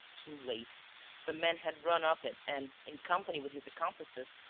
too late the man had run up it and, in company with his accomplices,